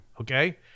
Okay